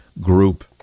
group